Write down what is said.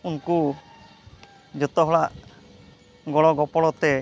ᱩᱱᱠᱩ ᱡᱚᱛᱚ ᱦᱚᱲᱟᱜ ᱜᱚᱲᱚ ᱜᱚᱯᱚᱲᱚᱛᱮ